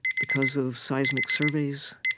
because of seismic surveys,